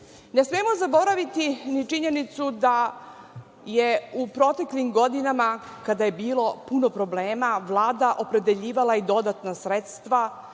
smemo zaboraviti ni činjenicu da je u proteklim godinama, kada je bilo puno problema, Vlada opredeljivala i dodatna sredstva